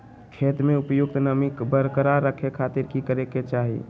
खेत में उपयुक्त नमी बरकरार रखे खातिर की करे के चाही?